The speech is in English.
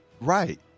right